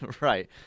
right